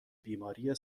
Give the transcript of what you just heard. بیماری